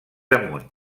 amunt